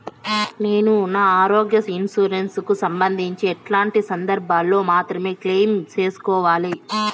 నేను నా ఆరోగ్య ఇన్సూరెన్సు కు సంబంధించి ఎట్లాంటి సందర్భాల్లో మాత్రమే క్లెయిమ్ సేసుకోవాలి?